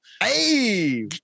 Hey